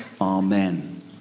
Amen